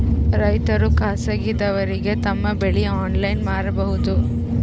ರೈತರು ಖಾಸಗಿದವರಗೆ ತಮ್ಮ ಬೆಳಿ ಆನ್ಲೈನ್ ಮಾರಬಹುದು?